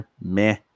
meh